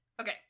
Okay